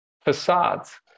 facades